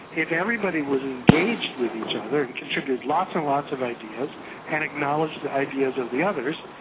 if everybody was engaged with each other and contributed lots and lots of ideas and acknowledged the ideas of the others,